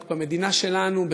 רק במדינה שלנו,